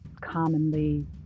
commonly